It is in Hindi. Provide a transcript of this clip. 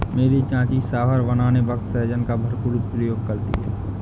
मेरी चाची सांभर बनाने वक्त सहजन का भरपूर प्रयोग करती है